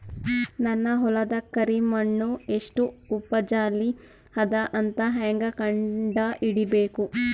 ನನ್ನ ಹೊಲದ ಕರಿ ಮಣ್ಣು ಎಷ್ಟು ಉಪಜಾವಿ ಅದ ಅಂತ ಹೇಂಗ ಕಂಡ ಹಿಡಿಬೇಕು?